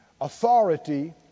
authority